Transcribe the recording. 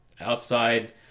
Outside